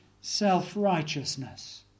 self-righteousness